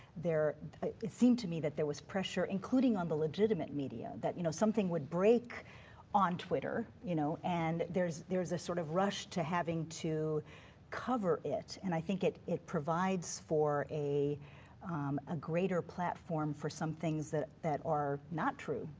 it seemed to me that there was pressure, including on the legitimate media, that you know something would break on twitter, you know, and there's there's a sort of rush to having to cover it. and i think it it provides for a um a greater platform for some that that are not true,